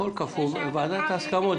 הכול כפוף לוועדת ההסכמות.